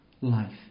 life